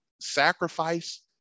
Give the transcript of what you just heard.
sacrifice